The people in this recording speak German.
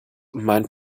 mein